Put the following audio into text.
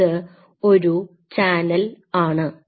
ഇത് ഒരു ചാനൽ ആണ്